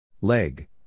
Leg